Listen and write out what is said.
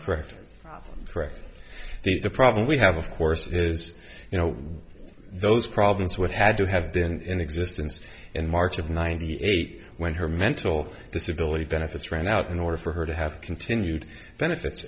correct correct the problem we have of orses you know those problems with had to have been existing in march of ninety eight when her mental disability benefits ran out in order for her to have continued benefits